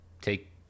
take